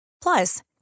Plus